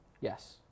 Yes